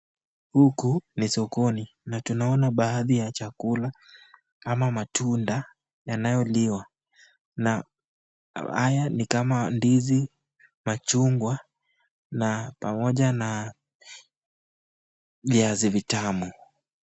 Huku ni sokoni na tunaona baadhi ya chakula kama matunda yanayoliwa na haya ni kama ndizi, machungwa na pamoja na viazi vitamu.